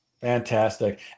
Fantastic